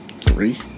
Three